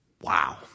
wow